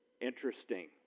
Interesting